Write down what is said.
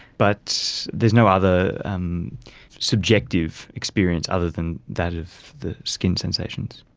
but there's no other um subjective experience other than that of the skin sensations.